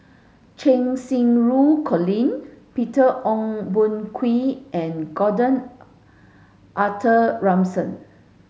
Cheng Xinru Colin Peter Ong Boon Kwee and Gordon Arthur Ransome